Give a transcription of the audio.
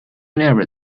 never